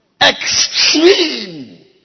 Extreme